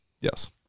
Yes